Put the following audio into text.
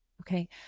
Okay